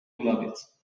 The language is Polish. kulawiec